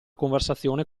conversazione